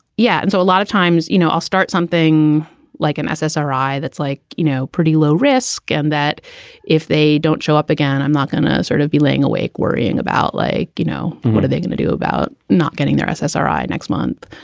yeah. and so a lot of times, you know, i'll start something like an ssri that's like, you know, pretty low risk and that if they don't show up again, i'm not going to sort of be laying awake worrying about like, you know, what are they going to do about not getting their ssri? next month,